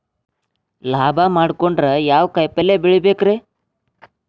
ಲಾಭ ಮಾಡಕೊಂಡ್ರ ಯಾವ ಕಾಯಿಪಲ್ಯ ಬೆಳಿಬೇಕ್ರೇ?